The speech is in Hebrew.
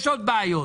יש עוד בעיות'.